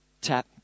tap